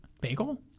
Bagel